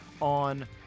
on